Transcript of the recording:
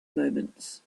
moments